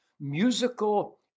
musical